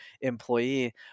employee